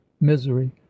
misery